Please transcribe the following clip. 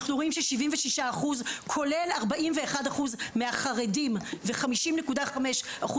אנחנו רואים ש-76% כולל 41% מהחרדים ו-50.5%